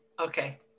Okay